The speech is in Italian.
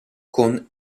con